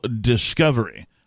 discovery